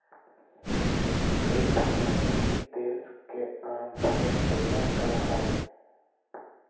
वित्त मंत्रि देश के आम बजट तैयार करो हइ